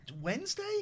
Wednesday